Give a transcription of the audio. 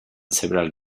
several